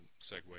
segue